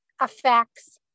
affects